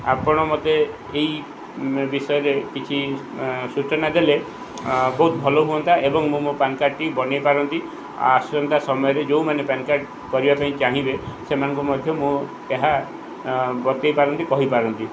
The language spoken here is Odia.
ଆପଣ ମୋତେ ଏହି ବିଷୟରେ କିଛି ସୂଚନା ଦେଲେ ବହୁତ ଭଲ ହୁଅନ୍ତା ଏବଂ ମୁଁ ମୋ ପାନ୍ କାର୍ଡ଼୍ଟି ବନାଇପାରନ୍ତି ଆଉ ଆସନ୍ତା ସମୟରେ ଯେଉଁମାନେ ପାନ୍ କାର୍ଡ଼ କରିବା ପାଇଁ ଚାହିଁବେ ସେମାନଙ୍କୁ ମଧ୍ୟ ମୁଁ ଏହା ବତାଇପାରନ୍ତି କହିପାରନ୍ତି